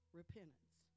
repentance